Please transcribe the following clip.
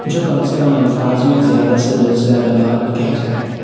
جو کم سے کم الفاظ میں زیادہ سے زیادہ بات کہہ جائے